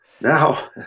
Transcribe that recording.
Now